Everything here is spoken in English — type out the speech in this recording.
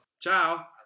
ciao